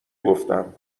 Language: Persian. گفتم